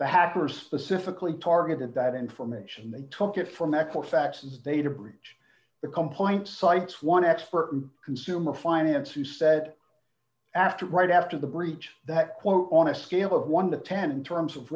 the hacker specifically targeted that information they took it from equifax is data breach the complaint cites one expert and consumer finance who said d after right after the breach that quote on a scale of one to ten in terms of